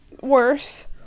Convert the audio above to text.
worse